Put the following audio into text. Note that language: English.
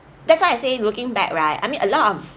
that's why I say looking back right I mean a lot of